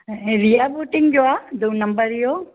रीया booting जो आहे room number इहो